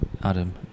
Adam